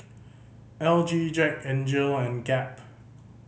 L G Jack N Jill and Gap